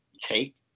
Take